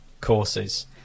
courses